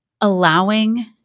allowing